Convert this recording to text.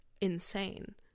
insane